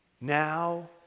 Now